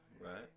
Right